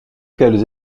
qu’elles